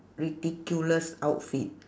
ridiculous outfit